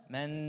Men